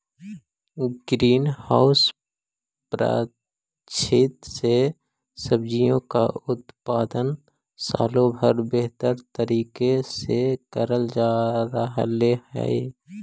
green house पद्धति से सब्जियों का उत्पादन सालों भर बेहतर तरीके से करल जा रहलई हे